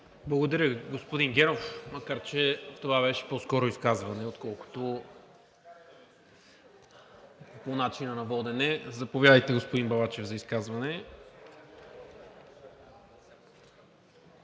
Благодаря, господин Генов, макар че това беше по-скоро изказване, отколкото по начина на водене. Заповядайте, господин Балачев, за изказване.